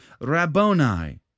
Rabboni